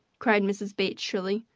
cried mrs. bates, shrilly.